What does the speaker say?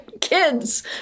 kids